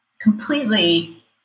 completely